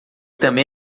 também